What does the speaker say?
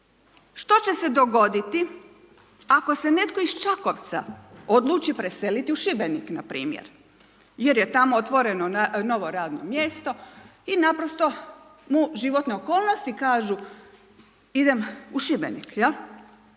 Što će se dogoditi ako se netko iz Čakovca odluči preseliti u Šibenik npr. jer je tamo otvoreno novo radno mjesto i naprosto mu životne okolnosti kažu idem u Šibenik. Od